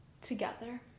together